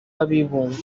w’abibumbye